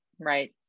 right